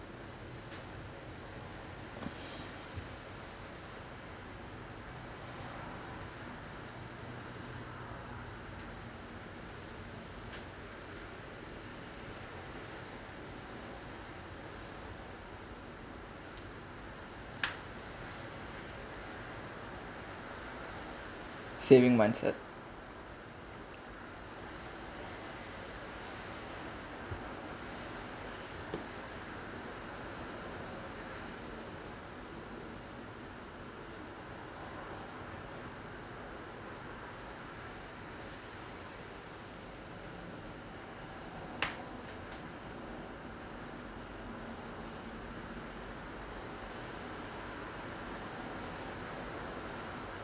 saving mindset